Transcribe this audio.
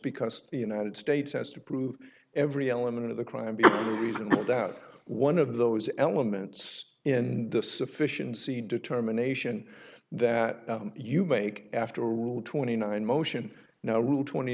because the united states has to prove every element of the crime be reasonable doubt one of those elements in the sufficiency determination that you make after rule twenty nine motion now rule twenty